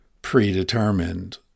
predetermined